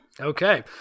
Okay